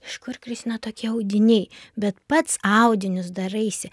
iš kur kristina tokie audiniai bet pats audinius daraisi